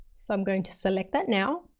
so i'm going to select that now.